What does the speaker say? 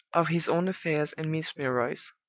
of his own affairs and miss milroy's.